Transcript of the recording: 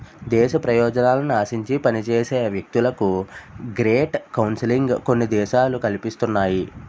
దేశ ప్రయోజనాలను ఆశించి పనిచేసే వ్యక్తులకు గ్రేట్ కౌన్సిలింగ్ కొన్ని దేశాలు కల్పిస్తున్నాయి